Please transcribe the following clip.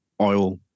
oil